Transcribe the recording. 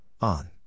On